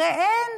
הרי אין